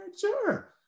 sure